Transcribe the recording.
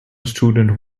student